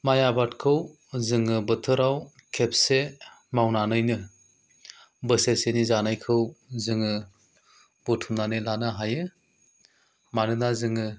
माय आबादखौ जोङो बोथोराव खेबसे मावनानैनो बोसोरसेनि जानायखौ जोङो बुथुमनानै लानो हायो मानोना जोङो